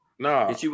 No